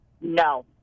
No